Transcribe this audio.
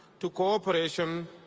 to cooperation,